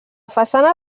façana